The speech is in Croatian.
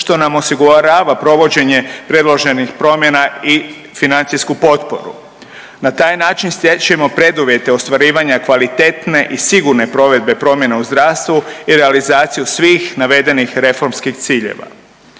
što nam osigurava provođenje predloženih promjena i financijsku potporu. Na taj način stječemo preduvjete ostvarivanja kvalitetne i sigurne provedbe promjena u zdravstvu i realizaciju svih navedenih reformskih ciljeva.